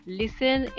listen